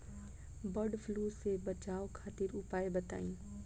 वड फ्लू से बचाव खातिर उपाय बताई?